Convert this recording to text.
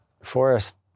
forest